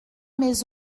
mes